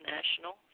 National